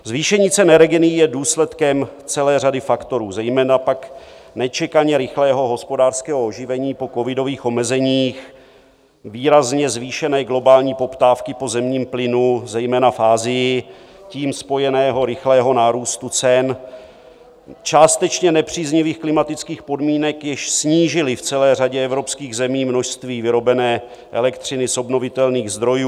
Zvýšení cen energií je důsledkem celé řady faktorů, zejména pak nečekaně rychlého hospodářského oživení po covidových omezeních, výrazného zvýšení globální poptávky po zemním plynu zejména v Asii s tím spojeného rychlého nárůstu cen, částečně nepříznivých klimatických podmínek, jež snížily v celé řadě evropských zemí množství vyrobené elektřiny z obnovitelných zdrojů.